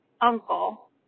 uncle